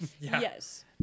Yes